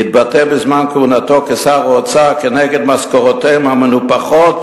התבטא בזמן כהונתו כשר האוצר כנגד משכורותיהם המנופחות